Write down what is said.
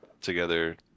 together